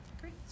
great